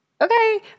Okay